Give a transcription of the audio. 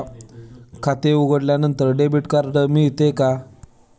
खाते उघडल्यानंतर debit card मिळते का?